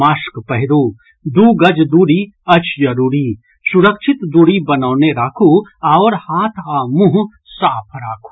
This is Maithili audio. मास्क पहिरू दू गज दूरी अछि जरूरी सुरक्षित दूरी बनौने राखू आओर हाथ आ मुंह साफ राखू